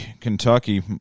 Kentucky